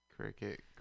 Cricket